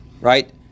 right